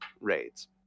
raids